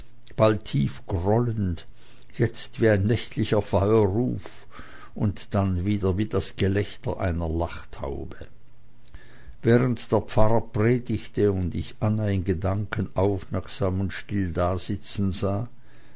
bald tief grollend jetzt wie ein nächtlicher feuerruf und dann wieder wie das gelächter einer lachtaube während der pfarrer predigte und ich anna in gedanken aufmerksam und still dasitzen sah